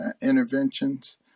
interventions